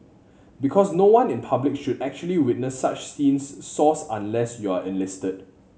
because no one in public should actually witness such scenes Source Unless you're enlisted